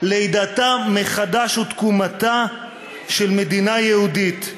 לידתה מחדש ותקומתה של מדינה יהודית.